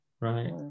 right